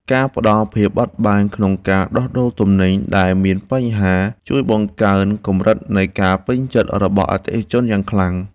ការផ្តល់ភាពបត់បែនក្នុងការដោះដូរទំនិញដែលមានបញ្ហាជួយបង្កើនកម្រិតនៃការពេញចិត្តរបស់អតិថិជនយ៉ាងខ្លាំង។